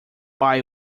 buy